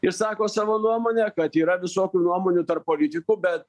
ir sako savo nuomonę kad yra visokių nuomonių tarp politikų bet